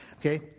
Okay